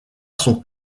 son